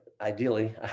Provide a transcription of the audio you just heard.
ideally